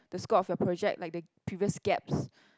the scope of your project like the previous gaps